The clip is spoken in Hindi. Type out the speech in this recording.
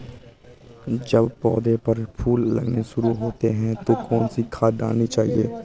जब पौधें पर फूल लगने शुरू होते हैं तो कौन सी खाद डालनी चाहिए?